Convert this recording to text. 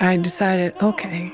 and decided, okay,